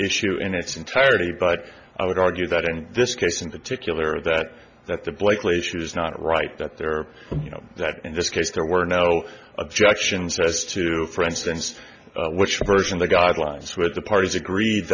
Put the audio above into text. issue in its entirety but i would argue that in this case in particular that that the blakely issues not right that there are that in this case there were no objections as to for instance which version the guidelines with the parties agreed